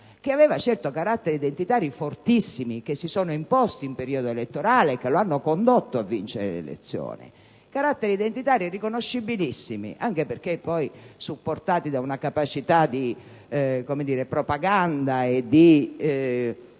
che aveva certo caratteri identitari fortissimi, che si sono imposti in periodo elettorale e che lo hanno condotto a vincere le elezioni, caratteri identitari riconoscibilissimi, anche perché poi supportati da una capacità di propaganda e di